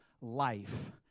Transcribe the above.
life